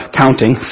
counting